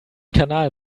kanal